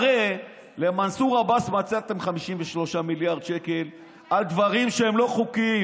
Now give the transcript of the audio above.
הרי למנסור עבאס מצאתם 53 מיליארד שקל בשביל דברים שהם לא חוקיים.